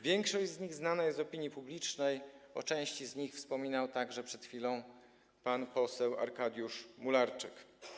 Większość z nich znana jest opinii publicznej, o części z nich wspominał także przed chwilą pan poseł Arkadiusz Mularczyk.